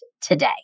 today